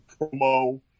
promo